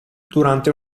durante